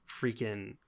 freaking